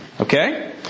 Okay